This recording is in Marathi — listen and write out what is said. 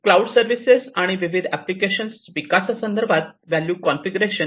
तर क्लाउड सर्विसेस आणि विविध एप्लिकेशन्स विकासासंदर्भात व्हॅल्यू कॉन्फिगरेशन